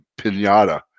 pinata